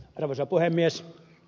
arvoisa puhemies